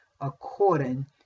according